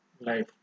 life